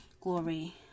Glory